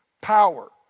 power